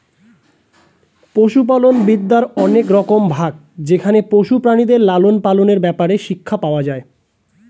পশুপালন বিদ্যার অনেক রকম ভাগ যেখানে পশু প্রাণীদের লালন পালনের ব্যাপারে শিক্ষা পাওয়া যায়